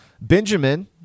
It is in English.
Benjamin